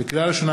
לקריאה ראשונה,